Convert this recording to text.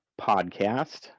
podcast